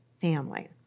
family